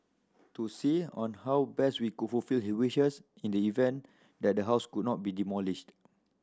to see on how best we could fulfil his wishes in the event that the house could not be demolished